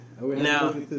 Now